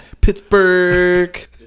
Pittsburgh